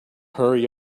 hurry